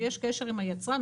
שיש קשר עם היצרן,